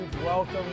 Welcome